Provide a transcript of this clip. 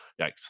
yikes